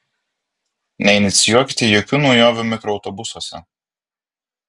neinicijuokite jokių naujovių mikroautobusuose